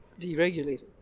deregulated